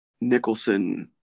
Nicholson